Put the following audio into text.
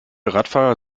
radfahrer